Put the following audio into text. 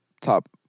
top